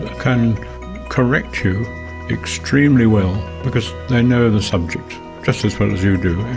can correct you extremely well because they know the subject just as well as you do,